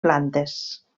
plantes